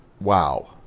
Wow